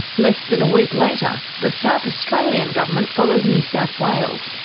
less than a week later, the south australian government followed new south wales,